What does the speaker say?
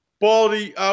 Baldy